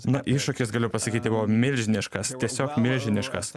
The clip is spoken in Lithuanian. na iššūkis galiu pasakyti buvo milžiniškas tiesiog milžiniškas